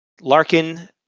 Larkin